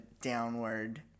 downward